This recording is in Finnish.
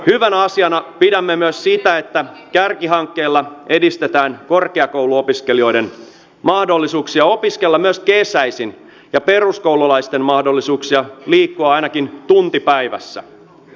hyvänä asiana pidämme myös sitä että kärkihankkeilla edistetään korkeakouluopiskelijoiden mahdollisuuksia opiskella myös kesäisin ja peruskoululaisten mahdollisuuksia liikkua ainakin tunti päivässä